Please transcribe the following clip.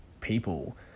people